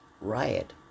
riot